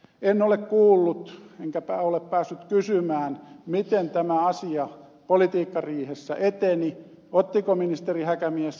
en ole kuullut enkä ole päässyt kysymään miten tämä asia politiikkariihessä eteni ottiko ministeri häkämies sen esille